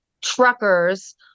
truckers